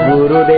Guru